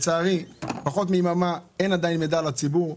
פחות מיממה ואין עדיין מידע לציבור,